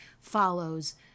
follows